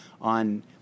on